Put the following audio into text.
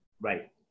Right